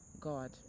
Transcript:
God